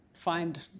find